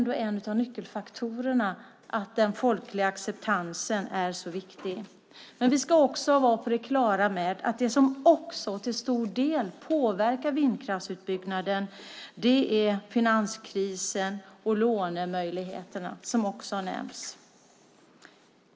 Den folkliga acceptansen är en av nyckelfaktorerna. Vi ska vara på det klara med att något som till stor del påverkar vindkraftsutbyggnaden är finanskrisen och lånemöjligheterna. Det har också nämnts.